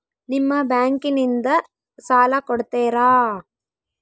ನಿಮ್ಮ ಬ್ಯಾಂಕಿನಿಂದ ಸಾಲ ಕೊಡ್ತೇರಾ?